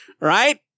right